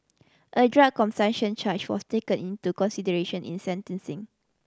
a drug consumption charge was taken into consideration in sentencing